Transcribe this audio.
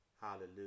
hallelujah